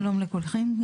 שלום לכולכם.